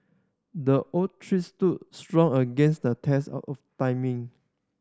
the oak tree stood strong against the test of timing